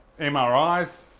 MRIs